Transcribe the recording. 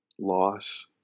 loss